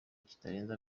kitarenze